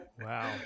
Wow